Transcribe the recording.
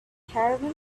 caravan